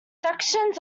sections